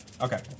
Okay